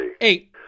Eight